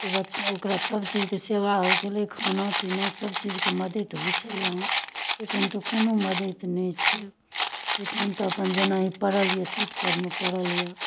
ओकरा सभचीजके सेवा होइ छलै खाना पीना सभचीजके मदति होइ छलै हेँ एहिठाम तऽ कोनो मदति नहि छै एहिठाम तऽ अपन जेना ही पड़ल यए सीटपर मे पड़ल यए